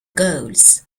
goals